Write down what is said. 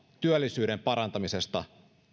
työllisyyden parantamisessa